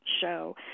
show